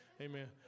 Amen